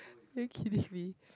are you kidding me